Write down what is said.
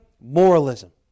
Moralism